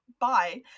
bye